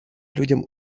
людям